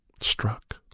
struck